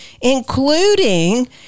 including